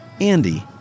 Andy